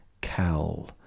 cowl